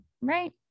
Right